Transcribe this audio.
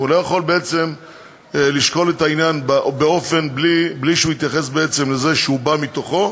והוא לא יכול בעצם לשקול את העניין בלי להתייחס בעצם לזה שהוא בא מתוכו.